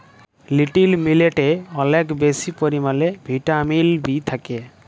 little মিলেটে অলেক বেশি পরিমালে ভিটামিল বি থ্যাকে